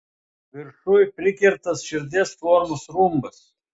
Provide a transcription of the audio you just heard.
viršuj prikirptas širdies formos rumbas